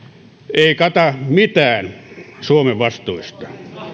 ei kata mitään suomen vastuista